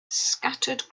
scattered